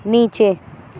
نیچے